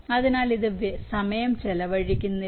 അതിനാൽ ഇത് സമയം ചെലവഴിക്കുന്നില്ല